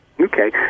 Okay